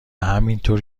همینطور